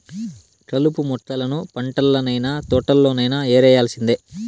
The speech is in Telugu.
కలుపు మొక్కలను పంటల్లనైన, తోటల్లోనైన యేరేయాల్సిందే